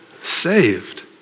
saved